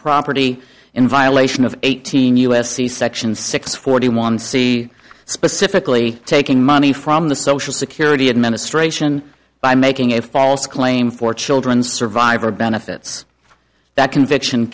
property in violation of eighteen us c section six forty one c specifically taking money from the social security administration by making a false claim for children survivor benefits that conviction